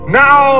now